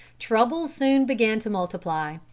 troubles soon began to multiply,